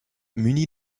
munies